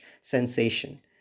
sensation